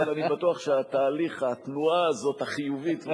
אבל אני בטוח שהתהליך, התנועה הזאת החיובית,